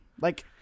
Like-